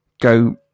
go